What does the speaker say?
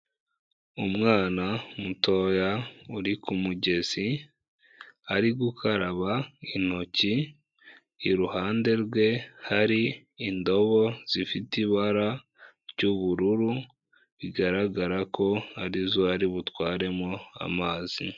Umwana mutoya uri ku mugezi ari gukaraba intoki, iruhande rwe hari indobo zifite ibara ry'ubururu, bigaragara ko ari zo ari butwaremo amazi.